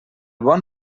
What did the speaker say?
bon